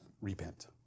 repent